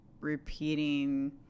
repeating